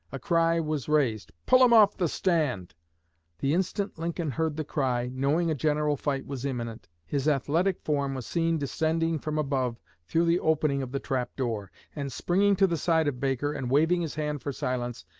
a cry was raised, pull him off the stand the instant lincoln heard the cry, knowing a general fight was imminent, his athletic form was seen descending from above through the opening of the trap-door, and, springing to the side of baker, and waving his hand for silence,